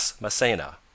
Massena